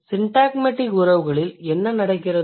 syntagmatic உறவுகளில் என்ன நடக்கிறது